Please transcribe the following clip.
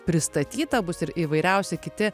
pristatyta bus ir įvairiausi kiti